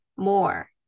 more